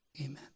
Amen